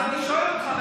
אז אני שואל אותך,